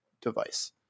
device